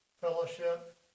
Fellowship